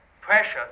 precious